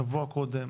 שבוע קודם,